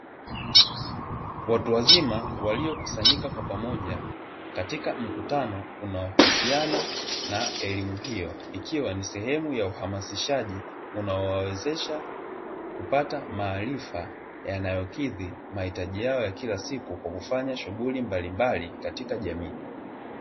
Watu wazima waliokusanyika kwa pamoja katika mkutano unaohusiana na elimu hiyo, ikiwa ni sehemu ya uhamisishaji unaowawezesha kupata maarifa yanayokidhi mahitaji yao ya kila siku kwa kufanya shughuli mbalimbali katika jamii.